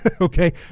Okay